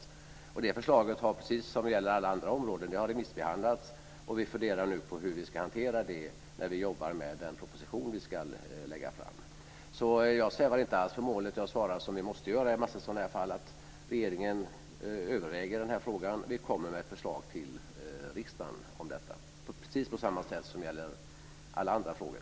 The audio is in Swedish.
Det förslaget har remissbehandlats, precis som gäller på alla andra områden, och vi funderar nu på hur vi ska hantera det när vi jobbar med den proposition som vi ska lägga fram. Jag svävar inte alls på målet. Jag svarar som vi måste göra i en massa sådana här fall, att regeringen överväger frågan och kommer med förslag om detta till riksdagen, precis på samma sätt som gäller alla andra frågor.